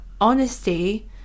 honesty